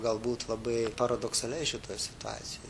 galbūt labai paradoksaliai šitoj situacijoj